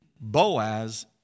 Boaz